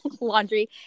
laundry